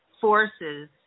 forces